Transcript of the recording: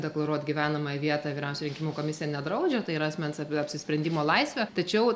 deklaruot gyvenamąją vietą vyriausioji rinkimų komisija nedraudžia tai yra asmens ap apsisprendimo laisvė tačiau